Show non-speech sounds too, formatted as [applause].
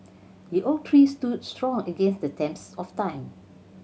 the oak tree stood strong against the [unintelligible] of time